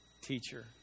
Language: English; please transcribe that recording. teacher